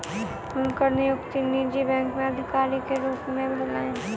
हुनकर नियुक्ति निजी बैंक में अधिकारी के रूप में भेलैन